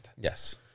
Yes